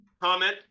comment